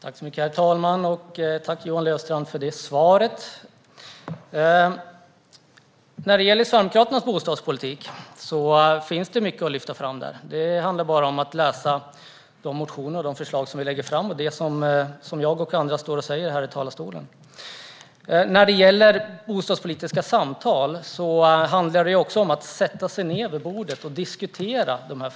Herr talman! Tack för svaret, Johan Löfstrand! Sverigedemokraternas bostadspolitik innehåller mycket som man kan lyfta fram. Det är bara att läsa våra motioner och de förslag som vi lägger fram liksom att lyssna på det som jag och andra säger i talarstolen. Bostadspolitiska samtal handlar om att sätta sig ned vid ett bord och diskutera frågorna.